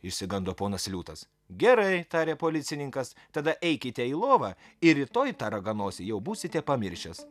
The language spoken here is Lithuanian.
išsigando ponas liūtas gerai tarė policininkas tada eikite į lovą ir rytoj tą raganosį jau būsite pamiršęs